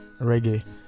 reggae